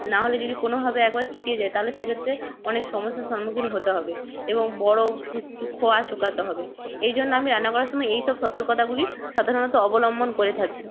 না হলে যদি কোনোভাবে একবার চিটিয়ে যায় তাহলে সেক্ষেত্রে অনেক সমস্যার সম্মুখীন হতে হবে এবং বড়ো চুক চুক খোয়া চোকাতে হবে এই জন্য আমি রান্না করার সময় এইসব সতর্কতাগুলি সাধারণত অবলম্বন করে থাকি